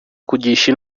kugisha